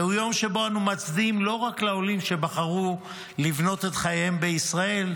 זהו יום שבו אנו מצדיעים לא רק לעולים שבחרו לבנות את חייהם בישראל,